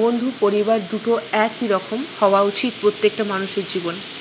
বন্ধু পরিবার দুটো একই রকম হওয়া উচিত প্রত্যেকটা মানুষের জীবনে